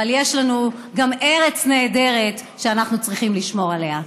אבל יש לנו גם ארץ נהדרת שאנחנו צריכים לשמור עליה.